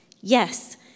Yes